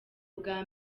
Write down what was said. bwa